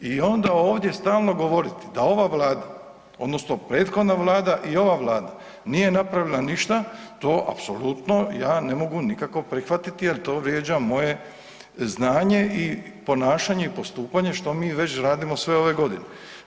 I onda ovdje stalno govoriti da ova vlada odnosno prethodna vlada i ova vlada nije napravila ništa, to apsolutno ja ne mogu nikako prihvatiti jer to vrijeđa moje znanje i ponašanje i postupanje što mi već radimo sve ove godine.